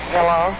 Hello